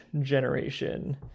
generation